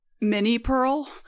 Mini-pearl